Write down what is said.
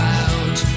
out